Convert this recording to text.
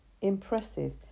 impressive